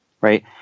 right